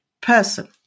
person